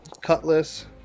cutlass